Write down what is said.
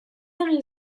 egin